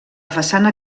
façana